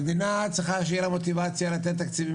המדינה צריכה שתהיה לה מוטיבציה לתת תקציבים